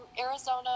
Arizona